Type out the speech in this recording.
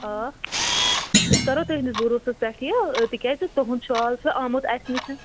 آ أسۍ کَرو تُہٕنٛدِس بروٗوسَس پٮ۪ٹھ یہِ تِکیازِ تُہُنٛد شال چھُ آمُت اَسہِ نِش